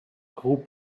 group